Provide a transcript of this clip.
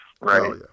right